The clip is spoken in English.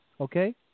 Okay